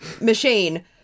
machine